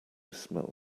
smell